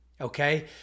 okay